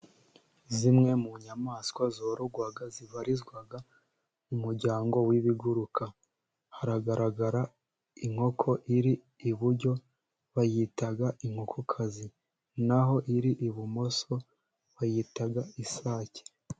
Zimwe mu nyamaswa zororwa zibarizwa mu muryango w'ibiguruka, haragaragara inkoko iri iburyo bayita inkokokazi, na ho iri ibumoso bayita isake.